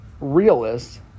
realists